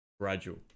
gradual